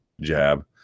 jab